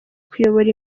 kuyobora